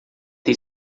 ter